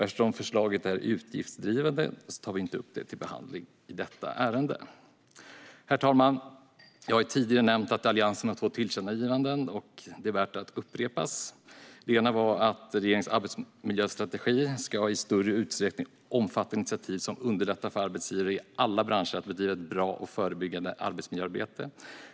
Eftersom förslaget är utgiftsdrivande tar vi inte upp det till behandling i detta ärende. Herr talman! Jag har tidigare nämnt att Alliansen har två tillkännagivanden, och det är värt att upprepas. Det ena är att regeringens arbetsmiljöstrategi i större utsträckning ska omfatta initiativ som underlättar för arbetsgivare i alla branscher att bedriva ett bra förebyggande arbetsmiljöarbete.